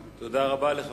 תודה רבה על הסבלנות שלך.